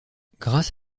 grâce